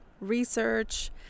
research